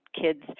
kids